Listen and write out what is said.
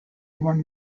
one